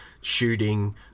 shooting